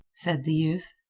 said the youth.